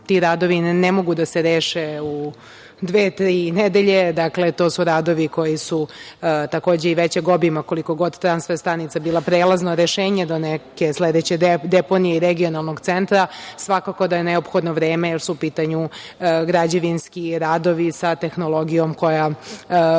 Ti radovi ne mogu da se reše u dve, tri nedelje. Dakle, to su radovi koji su, takođe, većeg obima. Koliko god transfer stanica bila prelazno rešenje do neke sledeće deponije i regionalnog centra, svakako da je neophodno vreme, jer su u pitanju građevinski radovi sa tehnologijom koja se